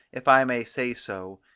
if i may say so,